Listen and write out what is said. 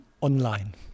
online